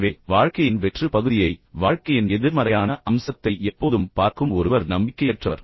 எனவே வாழ்க்கையின் வெற்று பகுதியை வாழ்க்கையின் எதிர்மறையான அம்சத்தை எப்போதும் பார்க்கும் ஒருவர் நம்பிக்கையற்றவர்